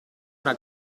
una